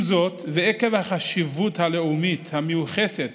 עם זאת, ועקב החשיבות הלאומית המיוחסת